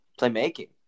Playmaking